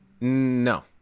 No